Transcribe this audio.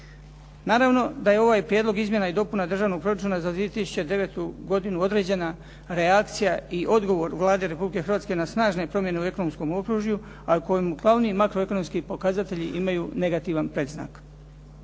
Naravno da je ovaj Prijedlog izmjena i dopuna Državnog proračuna za 2009. godinu određena reakcija i odgovor Vladi Republike Hrvatske na snažne promjene u ekonomskom okružju, a kojemu glavni makroekonomski pokazatelji imaju negativan predznak.